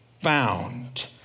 found